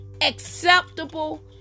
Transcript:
acceptable